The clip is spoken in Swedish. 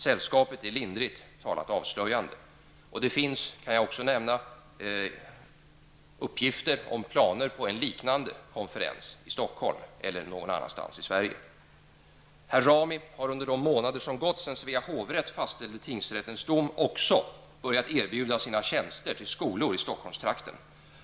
Sällskapet är lindrigt talat avslöjande. Det finns uppgifter om planer på en liknande konferens i Stockholm eller någon annanstans i Sverige. Herr Rami har under de månader som gått sedan Svea hovrätt fastställde tingsrättens dom också börjat erbjuda sina tjänster till skolor i Stockholmstrakten.